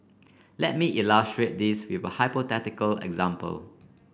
let me illustrate this with a hypothetical example